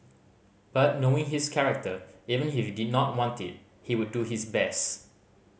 but knowing his character even if he did not want it he would do his best